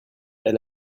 elle